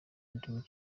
umukinnyi